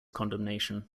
condemnation